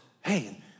hey